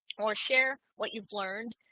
or share what you've learned